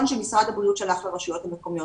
שמשרד הבריאות שלח לרשויות המקומיות.